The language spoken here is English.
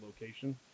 location